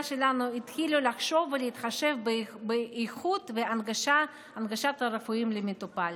שלנו התחילו לחשוב ולהתחשב באיכות ובהנגשת השירותים הרפואיים למטופל.